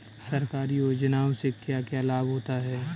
सरकारी योजनाओं से क्या क्या लाभ होता है?